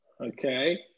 Okay